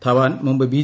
ധവാൻ മുമ്പ് ബി